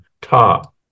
top